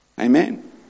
Amen